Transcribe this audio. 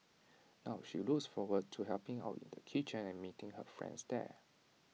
now she looks forward to helping out in the kitchen and meeting her friends there